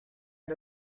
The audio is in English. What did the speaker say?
and